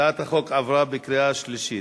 הצעת החוק עברה בקריאה שלישית.